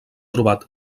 trobat